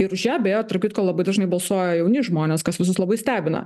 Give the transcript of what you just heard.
ir už ją beje tarp kitko labai dažnai balsuoja jauni žmonės kas visus labai stebina